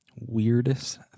Weirdest